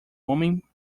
homem